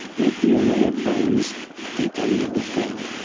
make the array of bones at the end of the fin.